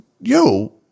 yo